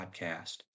Podcast